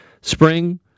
spring